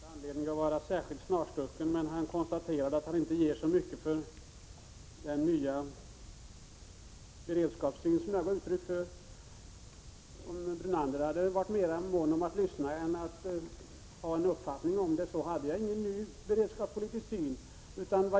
Herr talman! På sedvanligt påfallande hurtfriskt sätt har Lennart Brunander strött en del trossatser omkring sig. Jag har inte anledning att vara särskilt snarstucken, men han konstaterade att han inte ger så mycket för den nya beredskapssyn som jag gav uttryck för. Om Lennart Brunander hade varit mer mån om att lyssna än att ge uttryck för sin uppfattning skulle han ha funnit att jag inte har någon ny syn på beredskapspolitiken.